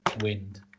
wind